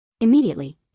Immediately